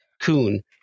coon